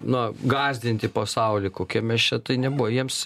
na gąsdinti pasaulį kokie mes čia tai nebuvo jiems